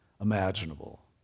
imaginable